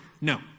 No